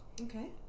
Okay